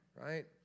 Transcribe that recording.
Right